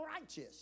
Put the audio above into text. righteous